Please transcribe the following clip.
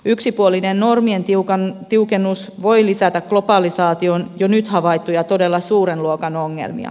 yksipuolinen normien tiukennus voi lisätä globalisaation jo nyt havaittuja todella suuren luokan ongelmia